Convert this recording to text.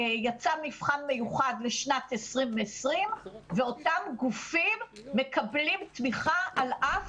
ויצא מבחן מיוחד לשנת 2020 ואותם גופים מקבלים תמיכה על אף